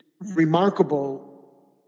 remarkable